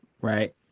right